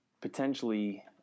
potentially